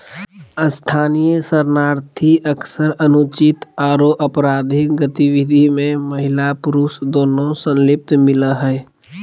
स्थानीय शरणार्थी अक्सर अनुचित आरो अपराधिक गतिविधि में महिला पुरुष दोनों संलिप्त मिल हई